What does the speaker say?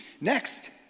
Next